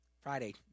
Friday